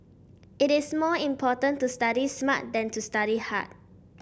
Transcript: it is more important to study smart than to study hard